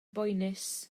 boenus